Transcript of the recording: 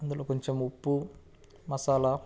అందులో కొంచెం ఉప్పు మసాలా